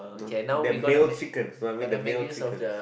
that melt chickens one with the melt chickens